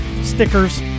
stickers